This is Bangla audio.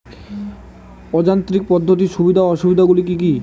অযান্ত্রিক পদ্ধতির সুবিধা ও অসুবিধা গুলি কি কি?